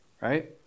right